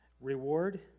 reward